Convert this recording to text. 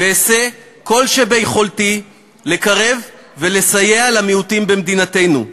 ואעשה כל שביכולתי לקרב ולסייע למיעוטים במדינתנו.